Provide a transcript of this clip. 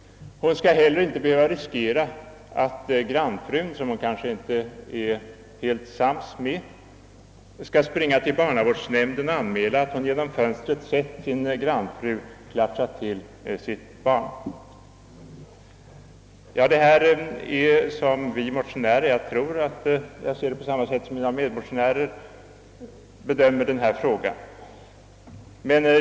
Hon skall heller inte riskera att grannfrun, som hon kanske inte kommer riktigt överens med, skall springa till barnavårdsnämnden och anmäla att hon genom fönstret sett modern klatscha till sitt barn. Det är på detta sätt som vi motionärer — och jag tror jag ser frågan på samma sätt som mina medmotionärer — bedömer detta spörsmål.